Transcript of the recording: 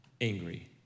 angry